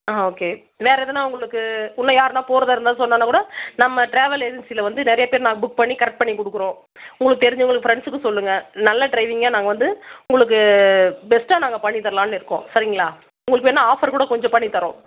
ஆ okay வேறு எதுனா உங்களுக்கு இன்னும் யாருனா போகிறதா இருந்தால் சொன்னோன்னா கூட நம்ம ட்ராவல் ஏஜென்சியில் வந்து நிறைய பேர் நாங்கள் புக் பண்ணி கரெக்ட் பண்ணி கொடுக்குறோம் உங்களுக்கு தெரிஞ்சவங்களுக்கு ஃப்ரெண்ட்ஸுக்கு சொல்லுங்கள் நல்ல ட்ரைவிங்காக நாங்கள் வந்து உங்களுக்கு பெஸ்ட்டாக நாங்கள் பண்ணித்தரலாம்னு இருக்கோம் சரிங்களா உங்களுக்கு வேணுனா ஆஃபர் கூட கொஞ்சம் பண்ணி தர்றோம்